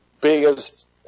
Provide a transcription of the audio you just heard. biggest